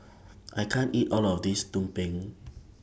I can't eat All of This Tumpeng